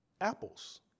apples